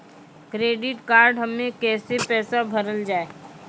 Credit card हम्मे कैसे पैसा भरल जाए?